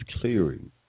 clearing